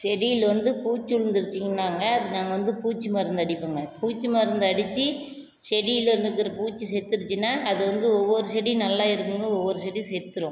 செடியில் வந்து பூச்சி உழுந்துருச்சிங்கனாங்க அதுக்கு நாங்கள் வந்து பூச்சி மருந்து அடிப்போம்ங்க பூச்சி மருந்து அடிச்சு செடியில் இருக்கிற பூச்சி செத்துடுச்சுனா அது வந்து ஒவ்வொரு செடி நல்லா இருக்கும்ங்க ஒவ்வொரு செடி செத்துடும்